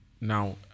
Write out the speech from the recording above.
Now